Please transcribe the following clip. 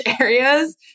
areas